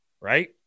right